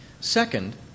Second